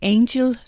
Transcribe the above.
Angel